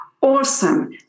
awesome